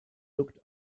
looked